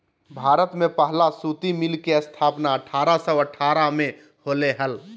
भारत में पहला सूती मिल के स्थापना अठारह सौ अठारह में होले हल